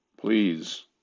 please